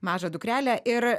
mažą dukrelę ir